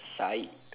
sike